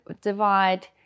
divide